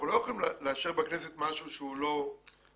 אנחנו לא יכולים לאשר בכנסת משהו שהוא לא חוקי,